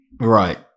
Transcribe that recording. Right